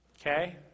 Okay